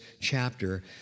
chapter